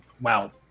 Wow